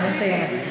נא לסיים.